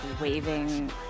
waving